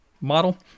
model